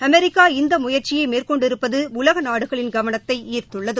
America இந்த முயற்சியை மேற்கொண்டிருப்பது உலக நாடுகளின் கவனத்தை ஈர்த்துள்ளது